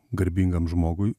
garbingam žmogui